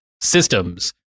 systems